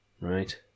right